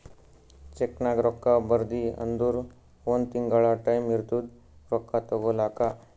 ಚೆಕ್ನಾಗ್ ರೊಕ್ಕಾ ಬರ್ದಿ ಅಂದುರ್ ಒಂದ್ ತಿಂಗುಳ ಟೈಂ ಇರ್ತುದ್ ರೊಕ್ಕಾ ತಗೋಲಾಕ